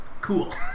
cool